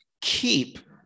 keep